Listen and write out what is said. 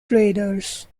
traders